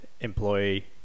employee